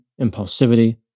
impulsivity